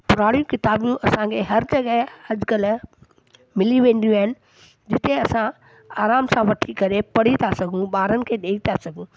पुराणी किताबियूं असांखे हर जॻह अॼुकल्ह मिली वेंदियूं आहिनि जिते असां आराम सां वठी करे पढ़ी था सघूं ॿारनि खे ॾेई था सघूं